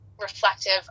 reflective